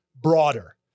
broader